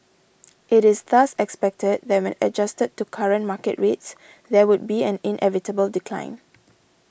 it is thus expected that when adjusted to current market rates there would be an inevitable decline